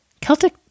Celtic